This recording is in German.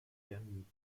ermöglicht